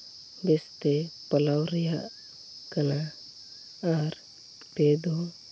ᱵᱮᱥᱛᱮ ᱯᱟᱞᱟᱣ ᱨᱮᱭᱟᱜ ᱠᱟᱱᱟ ᱟᱨ ᱯᱮ ᱫᱚ